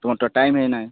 ତୁମର ତ ଟାଇମ୍ ହେଇନାହିଁ